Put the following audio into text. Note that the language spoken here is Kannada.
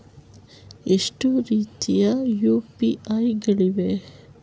ಎಷ್ಟು ರೀತಿಯ ಯು.ಪಿ.ಐ ಗಳಿವೆ?